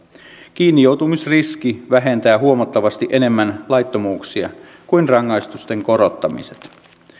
kiinnijoutumisriski vähentää huomattavasti enemmän laittomuuksia kuin rangaistusten korottamiset